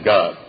God